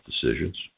decisions